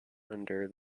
under